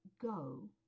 go